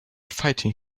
fighting